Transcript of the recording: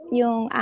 yung